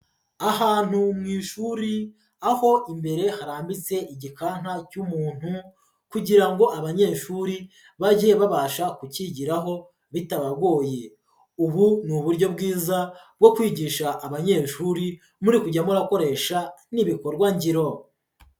Ahantu mu ishuri, aho imbere harambitse igikanka cy'umuntu kugira ngo abanyeshuri bajye babasha kukigiraho bitabagoye, ubu ni uburyo bwiza bwo kwigisha abanyeshuri muri kujya murakoresha n'ibikorwa ngiro.